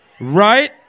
Right